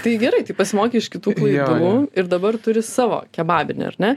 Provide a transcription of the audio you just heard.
tai gerai tai pasimokei iš kitų klaidų ir dabar turi savo kebabinę ar ne